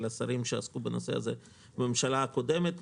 את השרים שעסקו בנושא הזה בממשלה הקודמת.